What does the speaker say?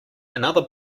another